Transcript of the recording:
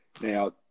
Now